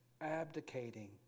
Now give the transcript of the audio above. abdicating